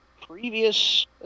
previous